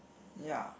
ya